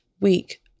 Week